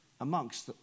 amongst